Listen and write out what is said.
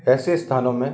ऐसे स्थानों में